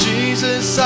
Jesus